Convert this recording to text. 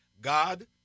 God